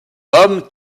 homme